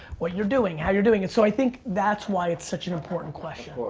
what you're doing, how you're doing it. so i think that's why it's such an important question.